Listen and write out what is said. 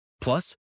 Plus